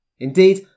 Indeed